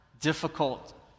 difficult